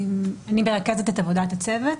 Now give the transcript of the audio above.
אני מרכזת את עבודת הצוות,